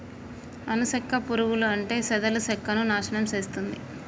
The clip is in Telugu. అను సెక్క పురుగులు అంటే చెదలు సెక్కను నాశనం చేస్తుంది